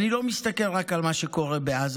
והוא אומר: אני לא מסתכל רק על מה שקורה בעזה,